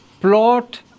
plot